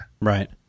Right